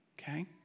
Okay